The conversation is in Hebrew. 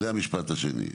זה המשפט השני.